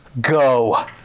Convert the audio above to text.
go